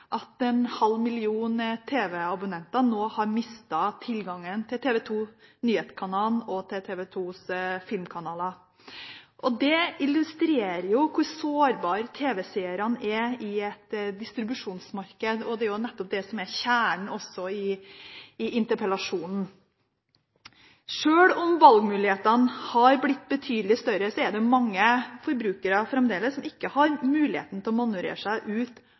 at en halv million tv-abonnenter nå har mistet tilgangen til TV 2 Nyhetskanalen og TV 2 Filmkanalen. Det illustrerer hvor sårbare tv-seerne er i et distribusjonsmarked, og det er nettopp det som er kjernen også i interpellasjonen. Sjøl om valgmulighetene har blitt betydelig større, er det mange forbrukere som fremdeles ikke har muligheten til å manøvrere seg ut